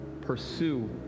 pursue